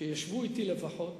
שישבו אתי לפחות